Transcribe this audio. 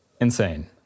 insane